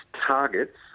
targets